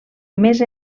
més